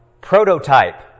prototype